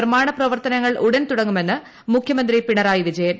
നിർമ്മാണ പ്രവർത്തനങ്ങൾ ഉടൻ തുടങ്ങുമെന്ന് മുഖ്യമന്ത്രി പിണറായി വിജയൻ